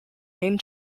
name